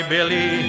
Billy